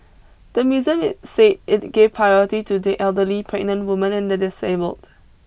the museum said it gave priority to the elderly pregnant women and the disabled